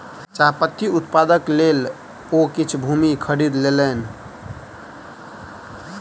चाह पत्ती उत्पादनक लेल ओ किछ भूमि खरीद लेलैन